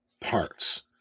parts